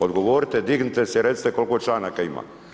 Odgovorite, dignite se i recite koliko članaka ima.